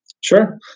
Sure